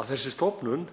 að þessi stofnun